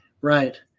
Right